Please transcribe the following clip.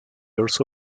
also